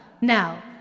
Now